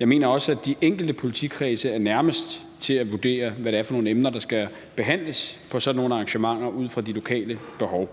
Jeg mener også, at de enkelte politikredse er nærmest til at vurdere, hvad det er for nogle emner, der skal behandles på sådan nogle arrangementer, ud fra de lokale behov.